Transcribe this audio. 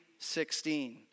16